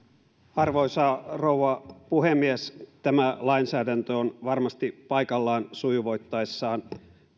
arvoisa rouva puhemies tämä lainsäädäntö on varmasti paikallaan sujuvoittaessaan